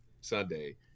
Sunday